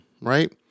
right